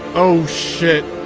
oh shit!